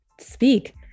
speak